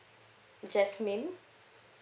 jasmine